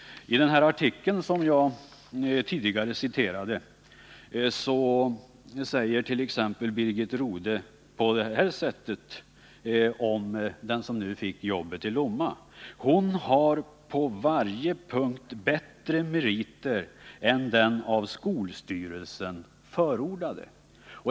I den artikel som jag tidigare citerade säger Birgit Rodhe på detta sätt om den som fick jobbet i Lomma: Hon har på varje punkt bättre meriter än den av skolstyrelsen förordade.